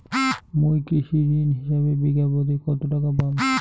মুই কৃষি ঋণ হিসাবে বিঘা প্রতি কতো টাকা পাম?